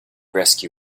rescue